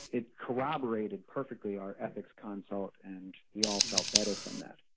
it corroborated perfectly our ethics consult and we all felt better from that.